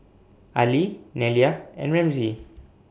Allie Nelia and Ramsey